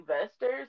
investors